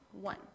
One